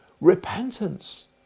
repentance